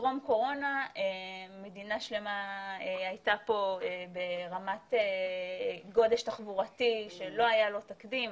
טרום קורונה מדינה שלמה הייתה פה ברמת גודש תחבורתי שלא היה לו תקדים.